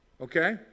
Okay